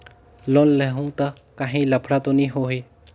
Loan लेहूं ता काहीं लफड़ा तो नी होहि?